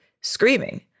screaming